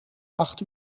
acht